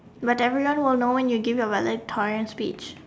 but everyone will know when you give your valedictorian speech